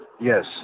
yes